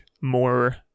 more